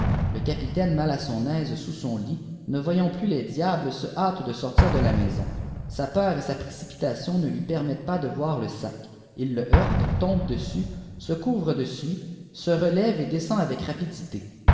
le capitaine mal à son aise sous son lit ne voyant plus les diables se hâte de sortir de la maison sa peur et sa précipitation ne lui permettent pas de voir le sac il le heurte tombe dessus se couvre de suie se relève et descend avec rapidité